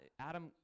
Adam